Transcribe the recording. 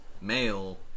male